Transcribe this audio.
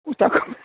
उता